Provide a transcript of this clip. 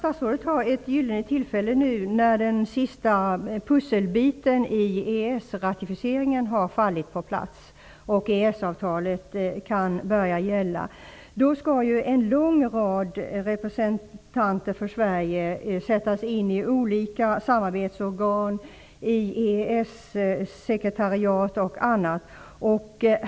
Herr talman! När den sista pusselbiten i EES ratificeringen har fallit på plats och EES-avtalet kan börja gälla skall en lång rad av representanter för Sverige placeras i olika samarbetsorgan -- i EES-sekretariat och annat.